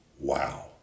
wow